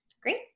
Great